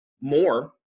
more